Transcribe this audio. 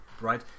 Right